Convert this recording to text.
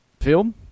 film